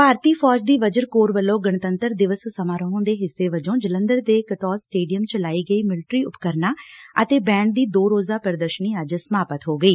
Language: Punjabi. ਭਾਰਤੀ ਫੌਜ ਦੀ ਵੱਜਰ ਕੋਰ ਵੱਲੋਂ ਗਣੰਤਰ ਦਿਵਸ ਸਮਾਰੋਹਾਂ ਦੇ ਹਿੱਸੇ ਵਜੋਂ ਜਲੰਧਰ ਦੇ ਕਟੋਜ ਸਟੇਡੀਅਮ ਚ ਲਾਈ ਗਈ ਮਿਲਟਰੀ ਉਪਕਰਣਾ ਅਤੇ ਬੈਡ ਦੀ ਦੋ ਰੋਜ਼ਾ ਪ੍ਰਦਰਸ਼ਨੀ ਅੱਜ ਸਮਾਪਤ ਹੋ ਗਈ